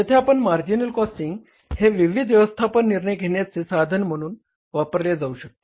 जेथे marginal costing हे व्यवस्थापन निर्णय घेण्याचे साधन म्हणून वापरले जाऊ शकते